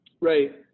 Right